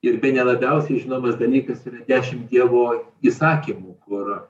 ir bene labiausiai žinomas dalykas ir dešim dievo įsakymų kur